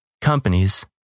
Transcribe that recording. companies